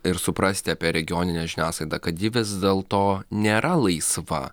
ir suprasti apie regioninę žiniasklaidą kad ji vis dėl to nėra laisva